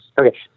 Okay